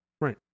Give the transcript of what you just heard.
Right